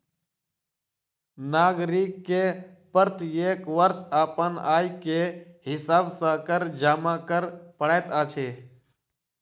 नागरिक के प्रत्येक वर्ष अपन आय के हिसाब सॅ कर जमा कर पड़ैत अछि